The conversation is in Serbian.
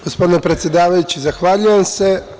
Gospodine predsedavajući, zahvaljujem se.